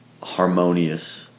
harmonious